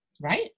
Right